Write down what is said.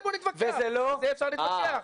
וזה לא --- על זה אפשר להתווכח.